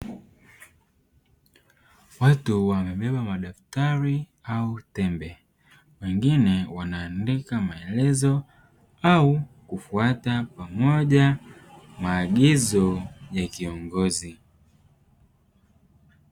Watu wamebeba madaftari au tembe wengine wanaandika maelezo au kufuata pamoja maagizo ya kiongozi.